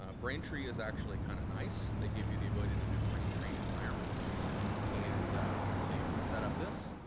ah brain tree is actually kind of nice. they give you the ability to do brain tree environments and so you can set up this,